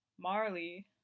Marley